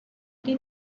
did